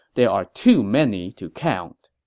there are too many to count.